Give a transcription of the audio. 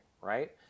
right